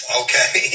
okay